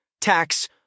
tax